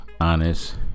honest